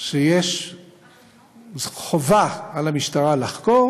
שיש חובה על המשטרה לחקור